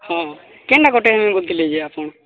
ହୁଁ cane cutting କରୁଥିଲେ ଯେ ଆପଣ